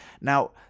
Now